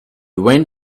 went